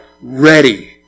ready